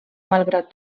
malgrat